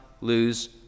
lose